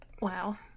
wow